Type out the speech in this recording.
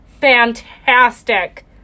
fantastic